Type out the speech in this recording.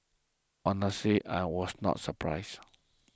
honestly I was not surprised